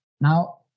Now